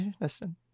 Listen